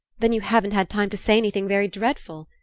then you haven't had time to say anything very dreadful?